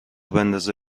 بندازه